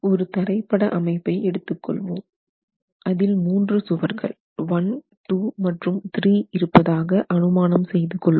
ஒரு தரைப்பட அமைப்பை எடுத்துக்கொள்வோம் அதில் மூன்று சுவர்கள் 12 மற்றும் 3 இருப்பதாக அனுமானம் செய்து கொள்வோம்